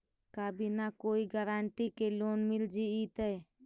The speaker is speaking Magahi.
का बिना कोई गारंटी के लोन मिल जीईतै?